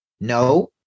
no